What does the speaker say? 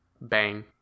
bang